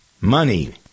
Money